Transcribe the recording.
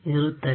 ಇರುತ್ತದೆ